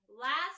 Last